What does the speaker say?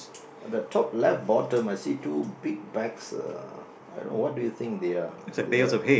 the top left bottom I see two big bags uh I don't know what do you think they are they are